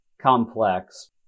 complex